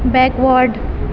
backward